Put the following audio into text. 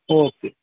okay